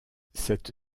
cette